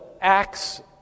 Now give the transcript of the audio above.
acts